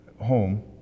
home